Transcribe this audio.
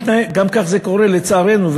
לצערנו,